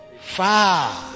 far